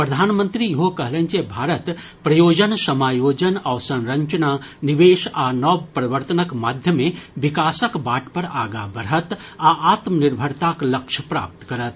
प्रधानमंत्री ईहो कहलनि जे भारत प्रयोजन समायोजन अवसंरचना निवेश आ नव प्रवर्तनक माध्यमे विकासक वाट पर आगां बढ़त आ आत्मनिर्भरताक लक्ष्य प्राप्त करत